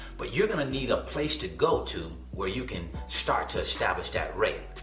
but you're gonna need a place to go to where you can start to establish that rate.